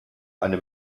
eine